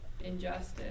injustice